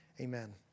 Amen